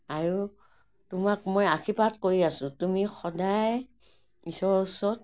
আৰু তোমাক মই আশীৰ্বাদ কৰি আছোঁ তুমি সদায় ঈশ্বৰ ওচৰত